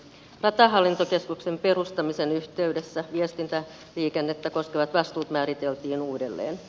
ratahallintokeskuksen perustamisen yhteydessä viestintäliikennettä koskevat vastuut määriteltiin uudelleen